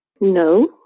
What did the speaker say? No